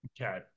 Okay